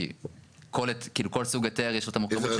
כי כל סוג היתר יש לו את התקנות שלו.